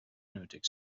nötig